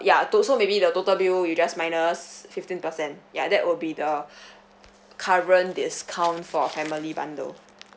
ya tot~ so maybe the total bill you just minus fifteen percent ya that will be the current discount for a family bundle